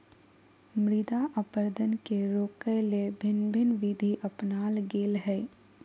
मृदा अपरदन के रोकय ले भिन्न भिन्न विधि अपनाल गेल हइ